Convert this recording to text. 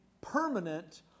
permanent